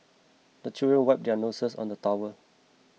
the children wipe their noses on the towel